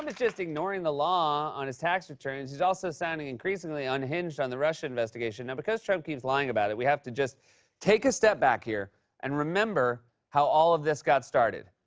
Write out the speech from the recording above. and just ignoring the law on his tax returns, he's also sounding increasingly unhinged on the russia investigation. now because trump keeps lying about it, we have to just take a step back here and remember how all of this got started.